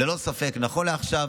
ללא ספק, נכון לעכשיו